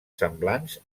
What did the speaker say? semblants